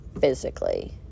physically